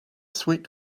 sweet